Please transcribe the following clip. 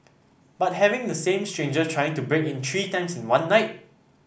but having the same stranger trying to break in three times in one night